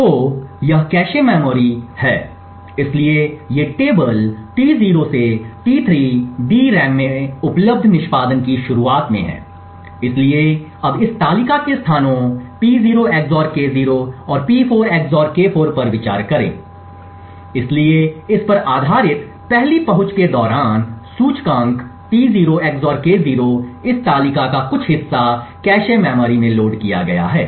तो यह cache memory है इसलिए ये टेबल T0 से T3 डीआरएएम में उपलब्ध निष्पादन की शुरुआत में हैं इसलिए अब इस तालिका के स्थानों P0 XOR K0 और P4 XOR K4 पर विचार करें इसलिए इस पर आधारित पहली पहुंच के दौरान सूचकांक T0 XOR K0 इस तालिका का कुछ हिस्सा कैश मेमोरी में लोड किया गया है